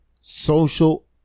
social